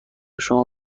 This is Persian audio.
شما